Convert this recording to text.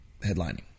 headlining